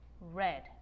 red